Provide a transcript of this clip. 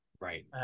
Right